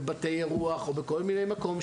בבתי אירוח או בכל מיני מקומות,